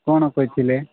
କ'ଣ କହିଥିଲେ